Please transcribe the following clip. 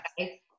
Okay